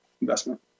investment